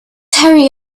hurry